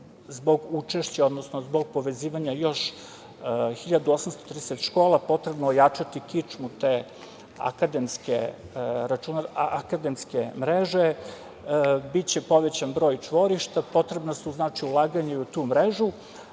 zbog učešća, odnosno zbog povezivanja još 1.830 škola potrebno ojačati kičmu te Akademske mreže. Biće povećan broj čvorišta. Potrebna su, znači, ulaganja i u tu mrežu,